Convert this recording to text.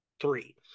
three